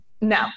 No